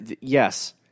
Yes